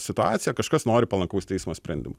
situacija kažkas nori palankaus teismo sprendimo